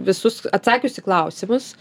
visus atsakius į klausimus